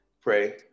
Pray